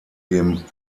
dem